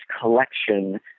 collection